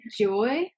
Joy